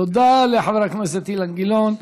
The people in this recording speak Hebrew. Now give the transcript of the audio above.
תודה לחבר הכנסת אילן גילאון,